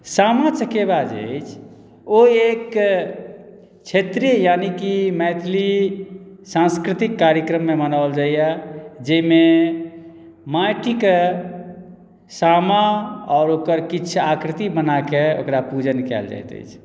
सामा चकेवा जे अछि ओ एक क्षेत्रीय यानि कि मैथिली सांस्कृतिक कार्यक्रममे मनाओल जाइया जाहिमे माटिक सामा आओर ओकर किछु आकृति बनाकेँ ओकरा पूजन कयल जाइत अछि